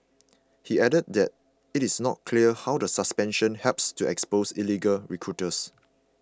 he added that it is not clear how the suspension helps to expose illegal recruiters